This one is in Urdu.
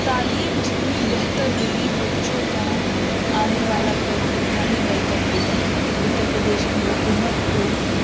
تعلیم جتنی بہتر ہوگی بچوں کا آنے والا کل اتنا ہی بہتر ہوگا اتر پردیش کی حکومت کو